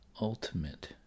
ultimate